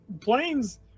Planes